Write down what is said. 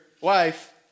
wife